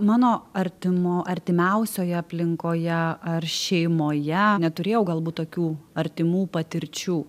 mano artimo artimiausioje aplinkoje ar šeimoje neturėjau galbūt tokių artimų patirčių